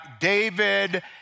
David